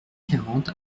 quarante